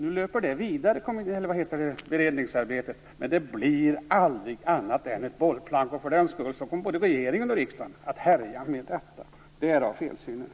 Nu löper beredningsarbetet vidare. Men det blir aldrig annat än ett bollplank. För den skull kommer både regeringen och riksdagen att härja med detta. Därav felsynen.